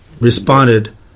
responded